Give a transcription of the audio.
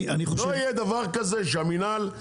לא יהיה דבר כזה שהמינהל,